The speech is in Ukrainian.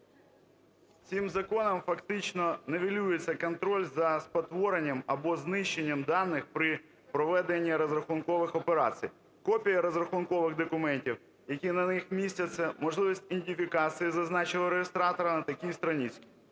Цим законом фактично нівелюється контроль за спотворенням або знищенням даних при проведенні розрахункових операцій. Копії розрахункових документів, які на них містяться, можливість ідентифікації зазначеного реєстратора, на такій странице.